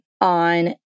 on